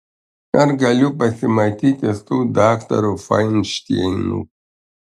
ar galiu pasimatyti su daktaru fainšteinu